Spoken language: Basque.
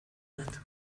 bat